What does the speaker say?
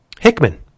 Hickman